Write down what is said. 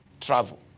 travel